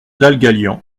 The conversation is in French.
dalgalian